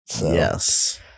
yes